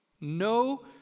No